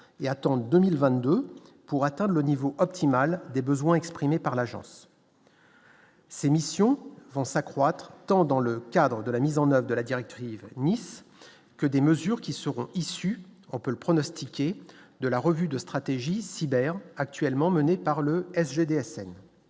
et attend 2022 pour atteindre le niveau optimal des besoins exprimés par l'agence. Ces missions vont s'accroître tant dans le cadre de la mise en Oeuvres de la directrice, que des mesures qui seront issus, on peut pronostiquer de la revue de stratégie sidère actuellement menée par le SGDN